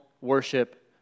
worship